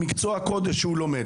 על מקצוע קודש שהוא לומד,